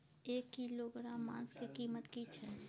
एक किलोग्राम मांस के कीमत की छै?